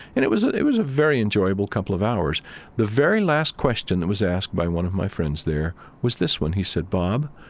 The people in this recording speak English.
and it was, it was a very enjoyable couple of hours the very last question that was asked by one of my friends there was this one. he said, bob,